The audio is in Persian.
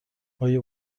آیا